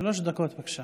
שלוש דקות, בבקשה.